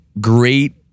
great